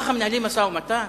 כך מנהלים משא-ומתן